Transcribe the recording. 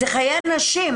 זה חיי נשים.